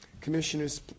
Commissioners